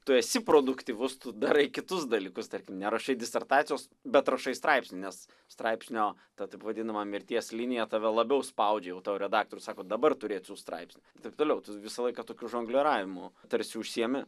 tu esi produktyvus tu darai kitus dalykus tarkim nerašai disertacijos bet rašai straipsnį nes straipsnio ta taip vadinama mirties linija tave labiau spaudžia jau tau redaktorius sako dabar turi atsiųst straipsnį taip toliau tu visą laiką tokiu žongliravimu tarsi užsiimi